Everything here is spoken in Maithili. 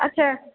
अच्छा